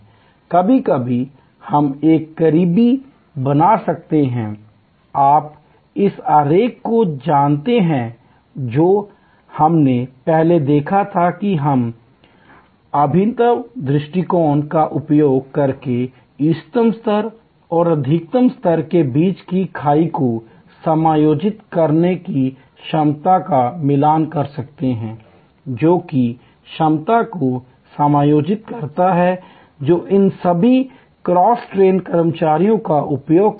कभी कभी हम एक करीबी बना सकते हैं आप इस आरेख को जानते हैं जो हमने पहले देखा था कि हम अभिनव दृष्टिकोण का उपयोग करके इष्टतम स्तर और अधिकतम स्तर के बीच की खाई को समायोजित करने की क्षमता का मिलान कर सकते हैं जो कि क्षमता को समायोजित करता है जो इन सभी क्रॉस ट्रेन कर्मचारियों का उपयोग करता है